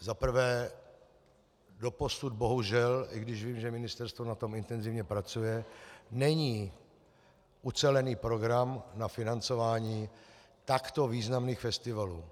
Za prvé, dosud bohužel, i když vím, že ministerstvo na tom intenzivně pracuje, není ucelený program na financování takto významných festivalů.